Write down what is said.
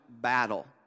battle